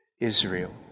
Israel